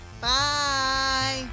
Bye